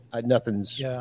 Nothing's